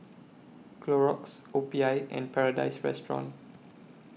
Clorox O P I and Paradise Restaurant